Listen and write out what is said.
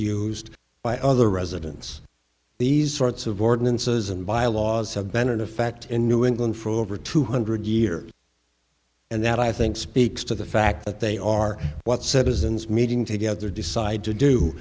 used by other residents these sorts of ordinances and bylaws have been an effect in new england for over two hundred years and that i think speaks to the fact that they are what citizens meeting together decide to do